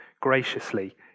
graciously